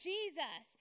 Jesus